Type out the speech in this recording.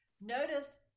Notice